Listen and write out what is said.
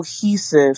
cohesive